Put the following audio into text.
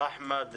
לאחמד,